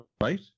right